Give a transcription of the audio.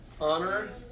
Honor